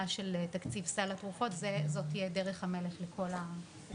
של תקציב סל התרופות זו תהיה דרך המלך לכל החולים.